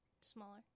Smaller